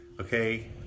Okay